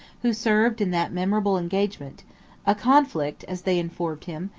who served in that memorable engagement a conflict, as they informed him,